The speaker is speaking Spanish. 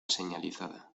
señalizada